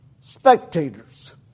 Spectators